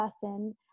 person